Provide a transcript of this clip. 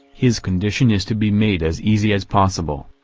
his condition is to be made as easy as possible.